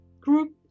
group